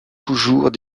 toujours